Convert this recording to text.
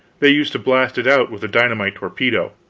they used to blast it out with a dynamite torpedo.